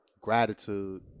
gratitude